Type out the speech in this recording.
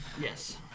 Yes